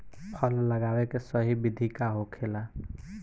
फल लगावे के सही विधि का होखेला?